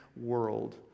world